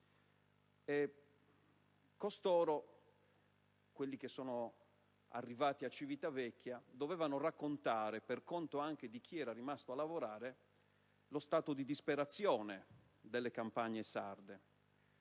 Costoro, quelli che sono arrivati a Civitavecchia, dovevano raccontare, anche per conto di chi era rimasto a lavorare, lo stato di disperazione delle campagne sarde.